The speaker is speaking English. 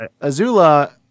Azula